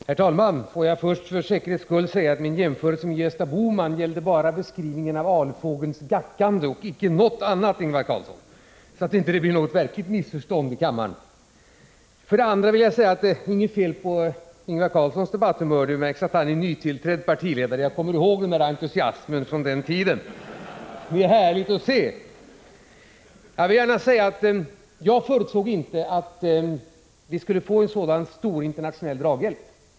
Herr talman! Låt mig för det första för säkerhets skull säga att min jämförelse med Gösta Bohman bara gällde beskrivningen av alfågelns gackande — och inte något annat, Ingvar Carlsson. Jag vill ha det sagt, så att det inte blir något verkligt missförstånd här i kammaren. För det andra vill jag säga: Det är inget fel på Ingvar Carlssons debatthumör. Det märks att han är nytillträdd partiledare. Jag kommer ihåg den där entusiasmen från min egen första tid. Det är härligt att se! Jag vill gärna säga, att jag inte förutsåg att vi skulle få en så stor internationell draghjälp som vi har fått.